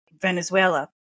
Venezuela